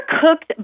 cooked